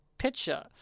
picture